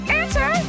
answer